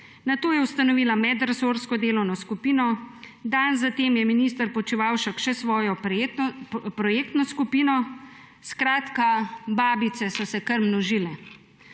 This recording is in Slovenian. nato je ustanovila medresorsko delovno skupino, dan za tem je minister Počivalšek še svojo projektno skupino. Skratka, babice so se kar množile.